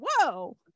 whoa